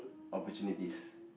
opportunities